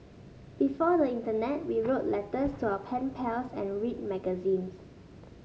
before the internet we wrote letters to our pen pals and read magazines